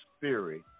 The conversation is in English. theory